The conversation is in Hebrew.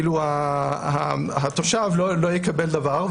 ואילו התושב לא יקבל דבר.